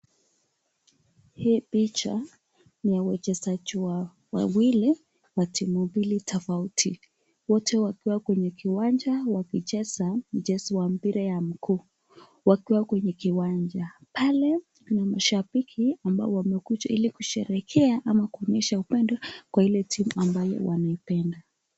Hii picha ni ya wachezaji wawili wa timu tofauti wote wakiwa kwenye kiwanja wakicheza mpira ya mguu wakiwa kwenye kiwanja, pale kuna mashabiki ambao wamekuja ili kushereheaa ama kuonyesha upendo kwa ile timu ambayo wanaipenda.